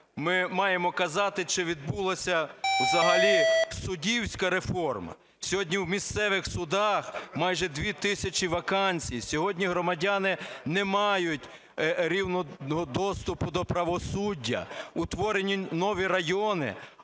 ми маємо казати, чи відбулася взагалі суддівська реформа. Сьогодні в місцевих судах майже 2 тисячі вакансій, сьогодні громадяни не мають рівного доступу до правосуддя. Утворені нові райони,